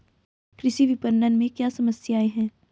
कृषि विपणन में क्या समस्याएँ हैं?